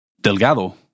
Delgado